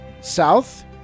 south